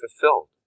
fulfilled